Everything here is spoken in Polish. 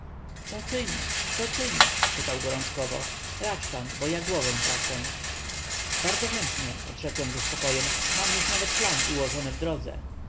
co czynić co czynić pytał gorączkowo radź pan bo ja głowę tracę bardzo chętnie odrzekłem ze spokojem mam już nawet plan ułożony w drodze